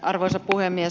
arvoisa puhemies